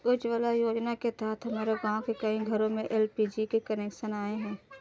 उज्ज्वला योजना के तहत हमारे गाँव के कई घरों में एल.पी.जी के कनेक्शन आए हैं